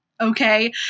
Okay